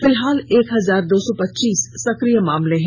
फिलहाल एक हजार दो सौ पच्चीस सक्रिय मामले हैं